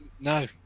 No